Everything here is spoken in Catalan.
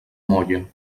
molla